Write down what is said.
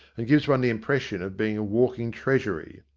and gives one the impression of being a walking treasury.